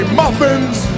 muffins